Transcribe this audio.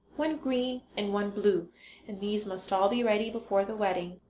one green, and one blue and these must all be ready before the wedding.